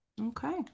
Okay